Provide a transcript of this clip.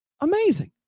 amazing